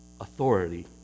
authority